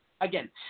again